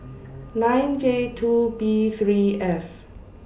nine J two B three F